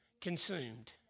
consumed